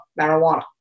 marijuana